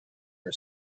her